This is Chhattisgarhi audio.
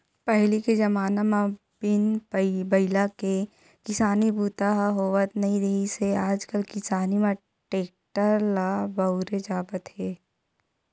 पहिली के जमाना म बिन बइला के किसानी बूता ह होवत नइ रिहिस हे आजकाल किसानी म टेक्टर ल बउरे जावत हे